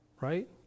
Right